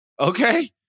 Okay